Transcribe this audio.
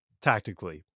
tactically